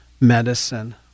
medicine